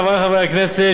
חברי חברי הכנסת,